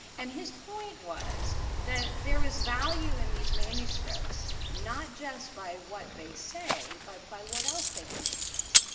and his point was that there is value in these manuscripts, not just by what they say, but by what else they can teach us.